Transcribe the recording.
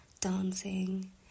dancing